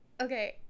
okay